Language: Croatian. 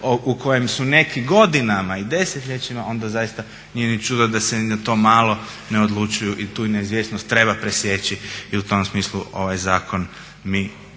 u kojem su neki godinama i desetljećima onda zaista nije ni čudo da se ni na to malo ne odlučuju i tu neizvjesnost treba presjeći. I u tom smislu ovaj zakon mi